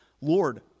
Lord